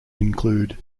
include